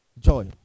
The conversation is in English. Joy